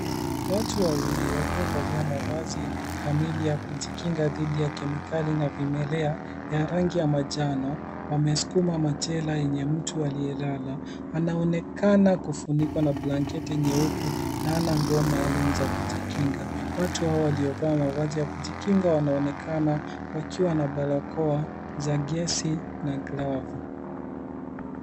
Watu wawili waliovalia mavazi kamili ya kujikinga dhidi ya kemikali na vimelea ya rangi ya manjano wamesukuma machela yenye mtu aliyelala. Anaonekana kufunikwa na blanketi nyeupe na hana nguo maalum za kujikinga. Watu hawa waliovaa mavazi ya kujikinga wanaonekana wakiwa na barakoa za gesi na glavu.